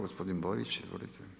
Gospodin Borić, izvolite.